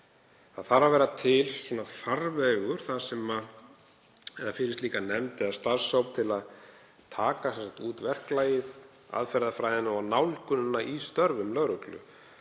Það þarf að vera til farvegur fyrir slíka nefnd eða starfshóp til að taka út verklag, aðferðafræði og nálgun í störfum lögreglu